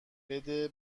بده